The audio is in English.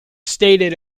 stated